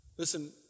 Listen